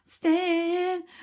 Stand